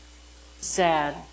Sad